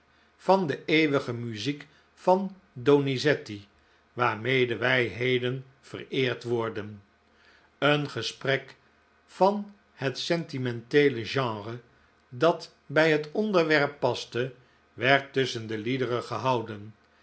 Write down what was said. van de eeuwige muziek van donizetti waarmede wij heden vereerd worden een gesprek van het sentimenteele genre dat bij het onderwerp paste werd tusschen de liederen gehouden